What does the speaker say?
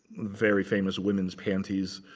very famous women's panties,